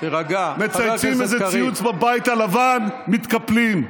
מצייצים איזה ציוץ באירופה, מתקפלים.